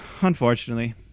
unfortunately